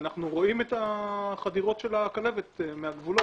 ואנחנו רואים את החדירות של הכלבת מהגבולות,